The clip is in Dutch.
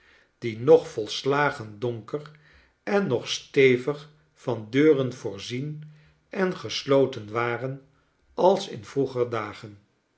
die nog volslagen donker en nog stevig van deuren voorzien en gesloten waren als in vroeger dagen